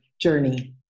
journey